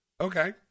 Okay